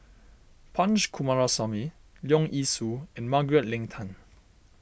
Punch Coomaraswamy Leong Yee Soo and Margaret Leng Tan